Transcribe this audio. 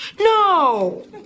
No